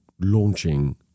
launching